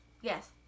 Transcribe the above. Yes